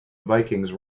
vikings